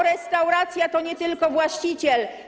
Restauracja to nie tylko właściciel.